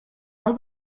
del